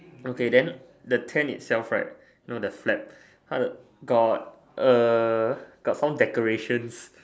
okay then the tent itself right you know the flap 他的 got uh got some decorations